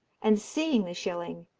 and seeing the shilling,